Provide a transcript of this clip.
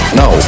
no